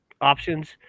options